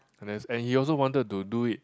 and there's and he also wanted to do it